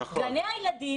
נכון.